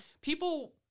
People